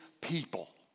people